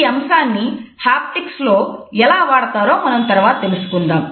ఈ అంశాన్ని హాప్టిక్స్ లో ఎలా వాడతారో మనం తరువాత తెలుసుకుందాం